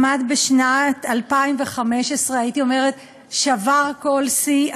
בשנת 2015, הייתי אומרת, שבר כל שיא,